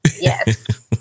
yes